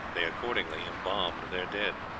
they accordingly embalmed their dead.